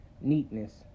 neatness